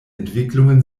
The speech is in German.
entwicklungen